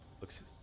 looks